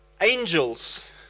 angels